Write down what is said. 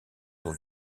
son